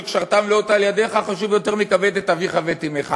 ש"קשרתם לאות על ידך" חשוב יותר מ"כבד את אביך ואת אמך".